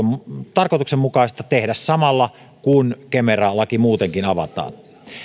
tarkoituksenmukaista tehdä samalla kun kemera laki muutenkin avataan